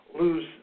lose